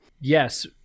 Yes